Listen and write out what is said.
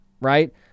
right